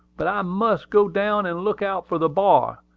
but i must go down and look out for the bar.